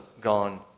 gone